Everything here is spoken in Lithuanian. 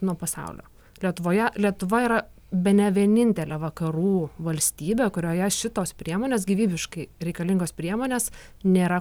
nuo pasaulio lietuvoje lietuva yra bene vienintelė vakarų valstybė kurioje šitos priemonės gyvybiškai reikalingos priemonės nėra